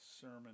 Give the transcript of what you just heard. sermon